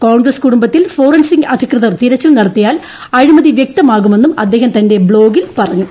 കോൺഗ്രസ് കുടുംബത്തിൽ ഫോറൻസിക് അധികൃതർ തിരച്ചിൽ നടത്തിയാൽ അഴിമതി വ്യക്തമാകുമെന്നും അദ്ദേഹം തന്റെ ബ്ളോഗിൽ പറഞ്ഞു